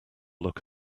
look